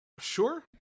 Sure